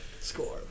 score